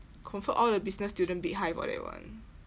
confirm all the business students bid high for that one